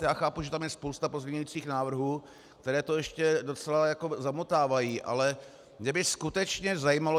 Já chápu, že tam je spousta pozměňujících návrhů, které to ještě docela zamotávají, ale mě by skutečně zajímalo...